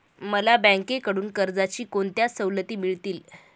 मला बँकेकडून कर्जाच्या कोणत्या सवलती मिळतील?